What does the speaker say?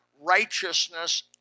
righteousness